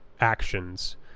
actions